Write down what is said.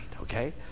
okay